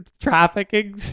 trafficking